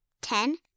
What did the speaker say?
Ten